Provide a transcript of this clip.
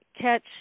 catch